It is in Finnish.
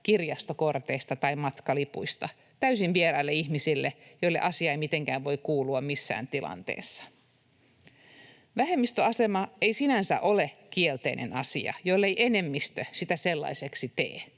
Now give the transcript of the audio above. kirjastokorteista tai matkalipuista täysin vieraille ihmisille, joille asia ei mitenkään voi kuulua missään tilanteessa. Vähemmistöasema ei sinänsä ole kielteinen asia, jollei enemmistö sitä sellaiseksi tee.